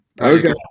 Okay